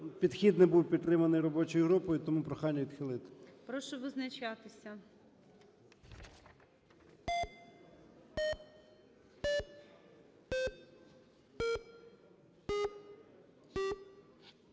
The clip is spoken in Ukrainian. підхід не був підтриманий робочою групою. Тому прохання відхилити. ГОЛОВУЮЧИЙ. Прошу визначатися.